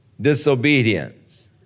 disobedience